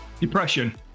Depression